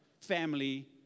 family